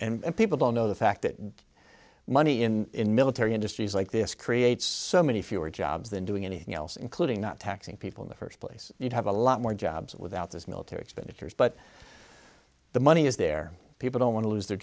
people and people don't know the fact that money in military industries like this creates so many fewer jobs than doing anything else including not taxing people in the first place you'd have a lot more jobs without this military expenditures but the money is there people don't want to lose their